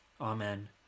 Amen